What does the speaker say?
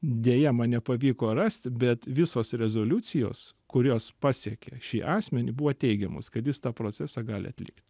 deja man nepavyko rasti bet visos rezoliucijos kurios pasiekė šį asmenį buvo teigiamos kad jis tą procesą gali atlikti